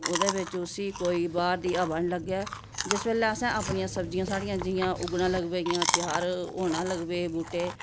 ओह्दे बिच्च उसी कोई बाह्र दी हवा नी लग्गै जिस बेल्लै असें अपनियां सब्ज़ियां साढ़ियां जियां उग्गना लग पेइयां तैयार होना लगी पे बूह्टे